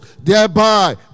thereby